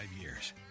years